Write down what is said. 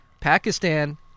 Pakistan